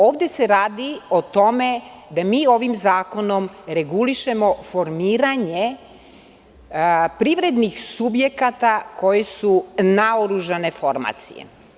Ovde se radi o tome da mi ovim zakonom regulišemo formiranje privrednih subjekata koji su naoružane formacije.